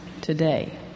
today